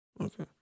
Okay